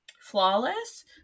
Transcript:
flawless